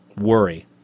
Worry